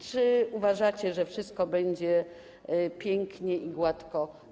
Czy uważacie, że wszystko będzie pięknie i gładko.